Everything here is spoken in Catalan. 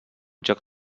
joc